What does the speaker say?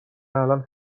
الان